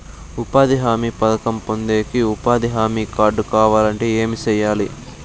ఉపాధి హామీ పథకం పొందేకి ఉపాధి హామీ కార్డు కావాలంటే ఏమి సెయ్యాలి?